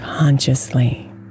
Consciously